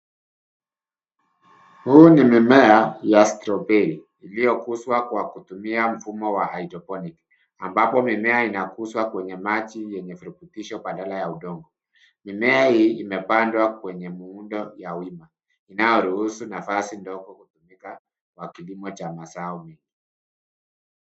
Huu ni mmea ya strawberry iliyokuzwa kwa kutumia mfumo wa hydroponic ambapo mimea inakuzwa kwenye maji yenye virutubisho badala ya udongo. Mimea hii imepandwa kwenye muundo ya wima inayoruhusu nafasi ndogo kutumika kwa kilimo ya mazao mingi.